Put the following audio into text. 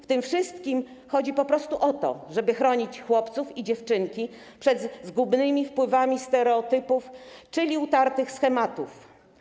W tym wszystkich chodzi po prostu o to, żeby chronić chłopców i dziewczynki przed zgubnymi wpływami stereotypów, czyli utartych schematów.